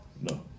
no